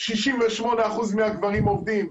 68% מהגברים עובדים.